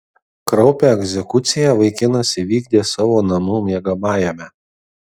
kraupią egzekuciją vaikinas įvykdė savo namų miegamajame